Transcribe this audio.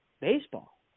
baseball